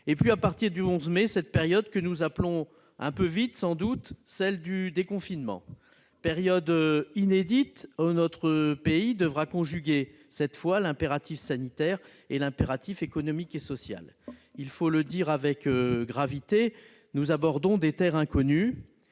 ; puis, à partir du 11 mai, la période que nous appelons, un peu vite sans doute, celle du déconfinement, période inédite durant laquelle notre pays devra conjuguer cette fois l'impératif sanitaire et l'impératif économique et social. Il faut le dire avec gravité, nous abordons des terres inconnues.